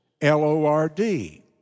L-O-R-D